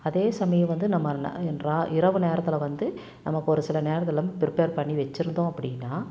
அதே சமயம் வந்து நம்ம இரவு நேரத்தில் வந்து நமக்கு ஒரு சில நேரத்தில் ப்ரிப்பேர் பண்ணி வச்சிருந்தோம் அப்படின்னா